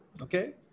Okay